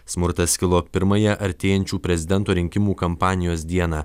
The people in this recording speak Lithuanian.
smurtas kilo pirmąją artėjančių prezidento rinkimų kampanijos dieną